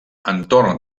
entorn